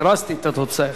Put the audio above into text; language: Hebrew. הכרזתי על התוצאה.